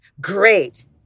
Great